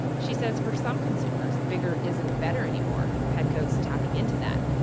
she says for some consumers, bigger isn't better anymore, and petco is tapping into that.